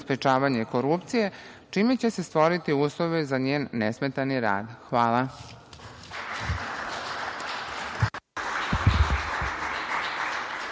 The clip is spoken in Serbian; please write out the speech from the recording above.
sprečavanje korupcije, čime će se stvoriti uslovi za njen nesmetani rad. Hvala.